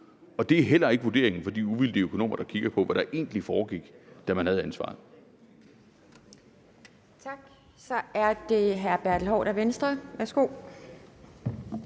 Og det er heller ikke vurderingen fra de uvildige økonomer, der kigger på, hvad der egentlig foregik, da man havde ansvaret.